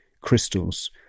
crystals